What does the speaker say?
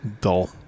Dull